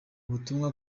butumwa